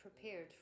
prepared